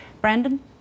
brandon